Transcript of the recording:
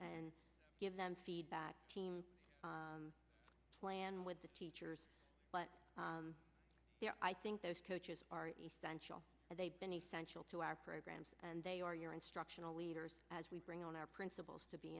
and give them feedback teams plan with the teachers but i think those coaches are essential and they've been essential to our programs and they are your instructional leaders as we bring on our principals to be